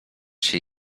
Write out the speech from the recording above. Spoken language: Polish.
się